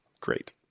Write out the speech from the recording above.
Great